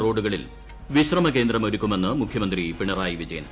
റോഡുകളിൽ വിശ്രമ കേന്ദ്ര ഒരു്ക്കുമെന്ന് മുഖ്യമന്ത്രി പിണറായി വിജയൻ